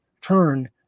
turn